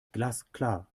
glasklar